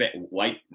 white